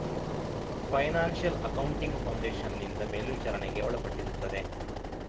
financial accounting foundation ನಿಂದ ಮೇಲ್ವಿಚಾರಣೆಗೆ ಒಳಪಟ್ಟಿರುತ್ತದೆ